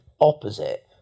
opposite